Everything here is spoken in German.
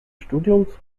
studiums